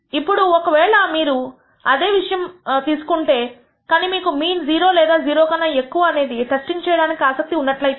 ఇప్పుడు ఒక వేళ మీకు అదే విషయం ఉంటేకానీ మీకు మీన్ 0 లేదా 0 కన్నా ఎక్కువ అనేది టెస్టింగ్ చేయడానికి ఆసక్తి ఉన్నట్లయితే